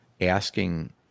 asking